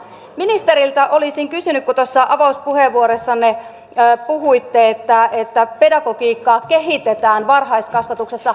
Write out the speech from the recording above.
ministeriltä olisin kysynyt kun tuossa avauspuheenvuorossanne puhuitte että pedagogiikkaa kehitetään varhaiskasvatuksessa